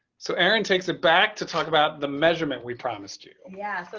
so aaron takes it back to talk about the measurement. we promised you. yeah.